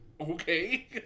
okay